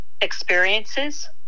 experiences